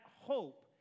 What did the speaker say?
hope